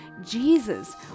Jesus